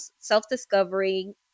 self-discovery